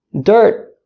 dirt